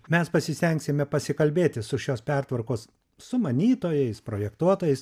mes pasistengsime pasikalbėti su šios pertvarkos sumanytojais projektuotojas